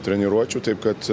treniruočių taip kad